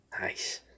Nice